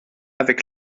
avec